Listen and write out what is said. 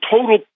total